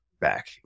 back